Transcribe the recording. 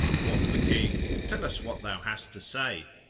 quoth the king tell us what thou hast to say!